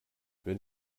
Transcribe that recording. wenn